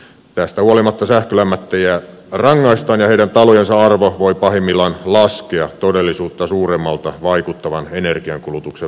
tästä huolimatta sähkölämmittäjiä rangaistaan ja heidän talojensa arvo voi pahimmillaan laskea todellisuutta suuremmalta vaikuttavan energiankulutuksen vuoksi